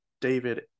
David